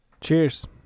Cheers